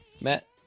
Matt